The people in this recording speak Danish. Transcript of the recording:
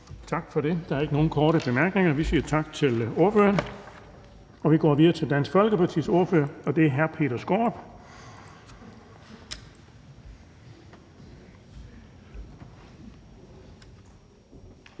Tak for det. Så er der ikke flere korte bemærkninger. Vi siger tak til ordføreren. Så kan vi gå videre til Radikale Venstres ordfører, og det er fru Samira Nawa.